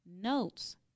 notes